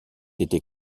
été